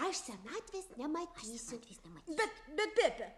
aš senatvės nematysiu